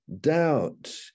doubt